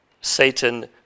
Satan